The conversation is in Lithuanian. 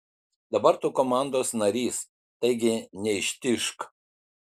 dabar tu komandos narys taigi neištižk